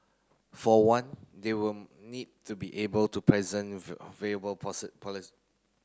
for one they will need to be able to present viable